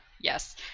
Yes